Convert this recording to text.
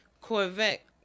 Corvette